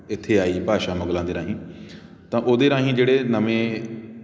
ਇੱਥੇ ਆਈ ਭਾਸ਼ਾ ਮੁਗਲਾਂ ਦੇ ਰਾਹੀਂ ਤਾਂ ਉਹਦੇ ਰਾਹੀਂ ਜਿਹੜੇ ਨਵੇਂ